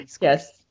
yes